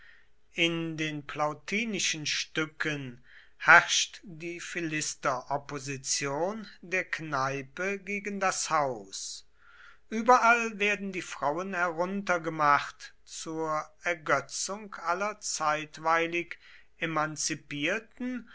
in den plautinischen stücken herrscht die philisteropposition der kneipe gegen das haus überall werden die frauen heruntergemacht zur ergötzung aller zeitweilig emanzipierten